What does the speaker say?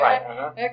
right